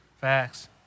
Facts